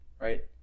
right